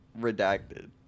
Redacted